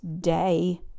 day